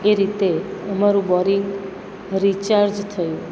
એ રીતે અમારું boring recharge થયું